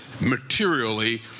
materially